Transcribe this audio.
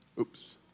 oops